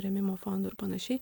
rėmimo fondų ir panašiai